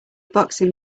boxing